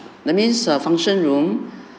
that means a function room